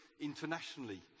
internationally